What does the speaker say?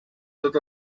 tot